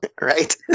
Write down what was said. right